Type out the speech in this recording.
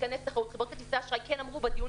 חברות כרטיסי האשראי כן אמרו בדיון